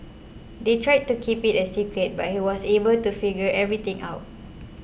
they tried to keep it a secret but he was able to figure everything out